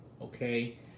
okay